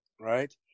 right